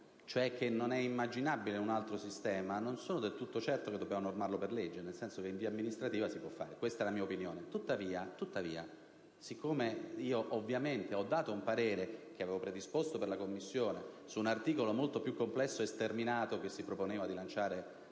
cioè che non è immaginabile un altro sistema - non sono del tutto certo che dobbiamo normarlo per legge, nel senso che si può fare in via amministrativa. Questa è la mia opinione. Tuttavia, siccome ho dato un parere che ovviamente avevo predisposto per la Commissione su un articolo molto più complesso, sterminato, che si proponeva di lanciare